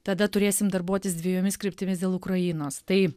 tada turėsim darbuotis dvejomis kryptimis dėl ukrainos tai